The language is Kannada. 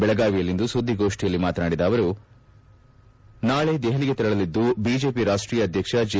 ಬೆಳಗಾವಿಯಲ್ಲಿಂದು ಸುದ್ವಿಗೋಷ್ಠಿಯಲ್ಲಿ ಮಾತನಾಡಿದ ಅವರು ನಾಳೆ ದೆಹಲಿಗೆ ತೆರಳಲಿದ್ದು ಬಿಜೆಪಿ ರಾಷ್ಟೀಯ ಅಧ್ಯಕ್ಷ ಜೆ